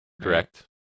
Correct